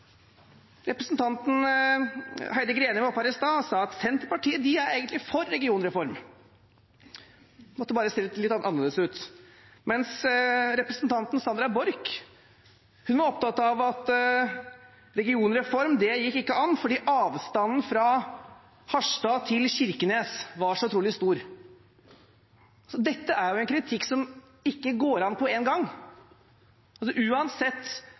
Representanten Heidi Greni var oppe her i stad og sa at Senterpartiet er egentlig for en regionreform – den måtte bare se litt annerledes ut – mens representanten Sandra Borch var opptatt av at regionreformen gikk ikke an fordi avstanden fra Harstad til Kirkenes var så utrolig stor. Dette er en kritikk som ikke går an på en gang. Uansett